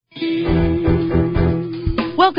Welcome